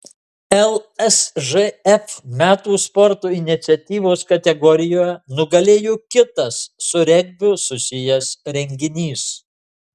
lsžf metų sporto iniciatyvos kategorijoje nugalėjo kitas su regbiu susijęs renginys